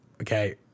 okay